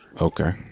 Okay